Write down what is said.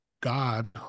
God